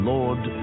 Lord